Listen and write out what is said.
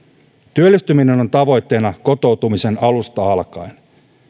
työllistyminen on tavoitteena kotoutumisen alusta alkaen